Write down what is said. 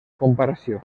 comparació